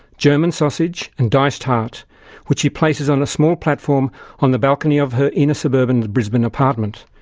german sausage and diced heart which she places on a small platform on the balcony of her inner suburban brisbane apartment.